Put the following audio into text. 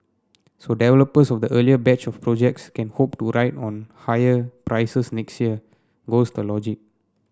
so developers of the earlier batch of projects can hope to on higher prices next year goes the logic